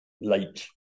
late